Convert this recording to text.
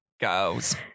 girls